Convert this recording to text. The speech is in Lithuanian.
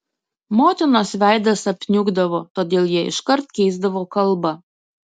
motinos veidas apniukdavo todėl jie iškart keisdavo kalbą